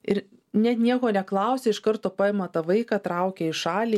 ir net nieko neklausė iš karto paima tą vaiką traukia į šalį